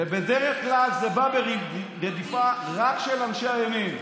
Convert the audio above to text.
ובדרך כלל זה בא ברדיפה רק של אנשי הימין.